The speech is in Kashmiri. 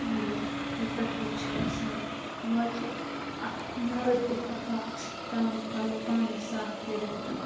واریاہ تَتہِ پٮ۪ٹھ حظ چھِ اِنسان وۄنۍ حظ چھِ اَکھ مرٕد تہِ ہٮ۪کان پَنُن پَلو پانَے صاف کٔرِتھ